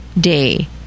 day